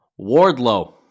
Wardlow